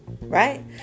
Right